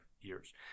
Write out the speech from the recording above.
years